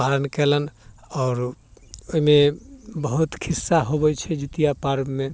पालन केलनि आओर ओइमे बहुत खिस्सा होबै छै जितिया पर्वमे